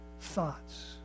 thoughts